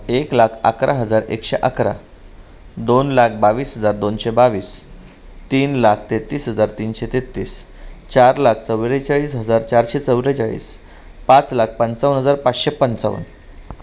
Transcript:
एक लाख अकरा हजार एकशे अकरा दोन लाख बावीस हजार दोनशे बावीस तीन लाख तेहतीस हजार तीनशे तेहतीस चार लाख चव्वेचाळीस हजार चारशे चव्वेचाळीस पाच लाख पंचावन्न हजार पाचशे पंचावन्न